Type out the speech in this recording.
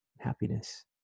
happiness